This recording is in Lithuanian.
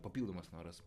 papildomas noras